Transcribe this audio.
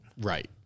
Right